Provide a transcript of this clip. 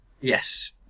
Yes